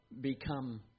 become